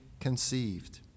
conceived